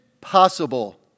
Possible